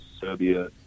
Serbia